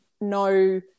no